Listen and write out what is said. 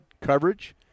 coverage